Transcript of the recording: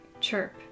chirp